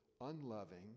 unloving